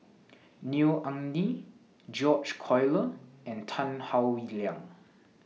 Neo Anngee George Collyer and Tan Howe Liang